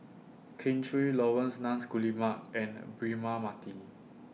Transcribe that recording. Kin Chui Laurence Nunns Guillemard and Braema Mathi